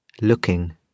looking